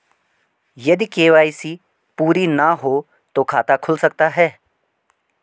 यदि के.वाई.सी पूरी ना हो तो खाता खुल सकता है?